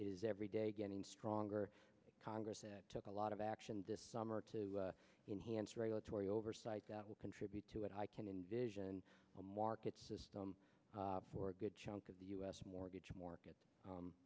is every day getting stronger congress that took a lot of action this summer to enhance regulatory oversight that will contribute to it i can envision a market system for a good chunk of the u s mortgage market